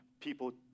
people